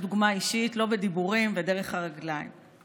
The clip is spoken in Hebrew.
דוגמה אישית ודרך הרגליים ולא בדיבורים.